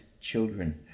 children